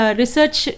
research